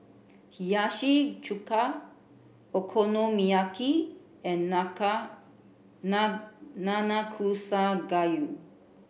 Hiyashi Chuka Okonomiyaki and Nanakusa Gayu